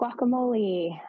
guacamole